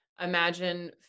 Imagine